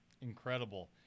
Incredible